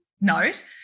note